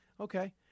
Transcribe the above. Okay